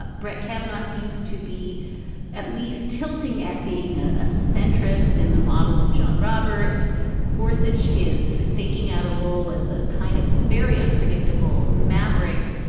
ah brett kavanaugh seems to be at least tilting at being ah a centrist in the model of john roberts gorse which is staking out a role as a kind of very unpredictable maverick.